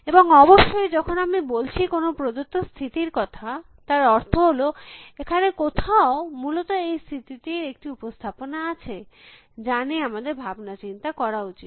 এবং অবশ্যই যখন আমি বলছি কোনো প্রদত্ত স্থিতির কথা তার অর্থ হল এখানে কোথাও মূলত এই স্থিতি টির একটি উপস্থাপনা আছে যা নিয়ে আমাদের ভাবনা চিন্তা করা উচিত